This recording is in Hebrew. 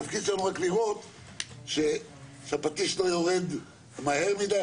התפקיד שלנו הוא רק לראות שהפטיש לא יורד מהר מדי,